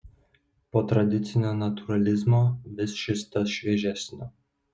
po tradicinio natūralizmo vis šis tas šviežesnio